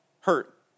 hurt